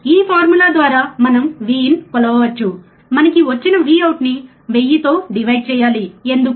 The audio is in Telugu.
ఈ ఫార్ములా ద్వారా మనం Vin కొలవవచ్చు మనకి వచ్చిన Vout ని 1000 తో డివైడ్ చేయాలి ఎందుకు